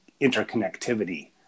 interconnectivity